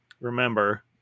remember